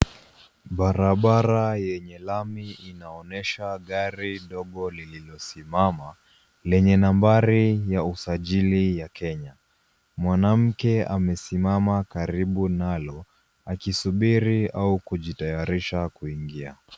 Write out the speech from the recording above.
Barabara yenye lami inaonyesha gari dogo lililosimama, lenye nambari ya usajili ya Kenya. Mwanamke amesimama karibu nalo, akisubiri au kujitayarisha kuingia.